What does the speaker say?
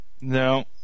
No